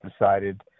decided